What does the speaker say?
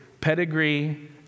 pedigree